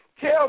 tell